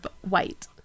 White